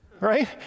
right